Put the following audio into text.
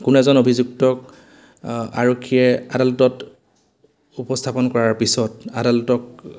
কোনো এজন অভিযুক্তক আৰক্ষীয়ে আদালতত উপস্থাপন কৰাৰ পিছত আদালতক